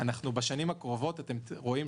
בשנים הקרובות לזה,